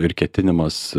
ir ketinimas